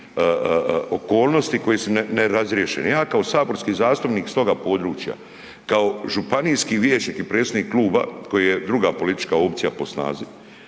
okolnosti koje su nerazriješene. Ja kao saborski zastupnik s toga područja, kao županijski vijećnik i predsjednik kluba koji je druga politička opcija po snazi,